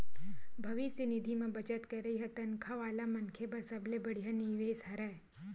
भविस्य निधि म बचत करई ह तनखा वाला मनखे बर सबले बड़िहा निवेस हरय